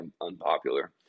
unpopular